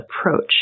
approach